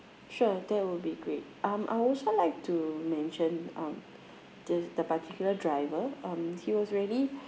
sure that will be great um I also like to mention um the the particular driver um he was really